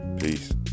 Peace